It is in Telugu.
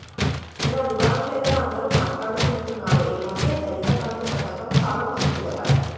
నిన్న దుకాణం దగ్గర అందరూ మాట్లాడుకుంటున్నారు ఏమంటే దళిత బంధు పథకం చాలా మంచిదట